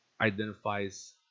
identifies